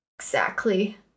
Exactly